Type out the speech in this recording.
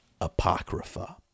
Apocrypha